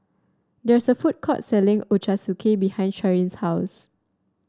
there is a food court selling Ochazuke behind Sharyn's house